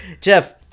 Jeff